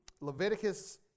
Leviticus